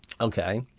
Okay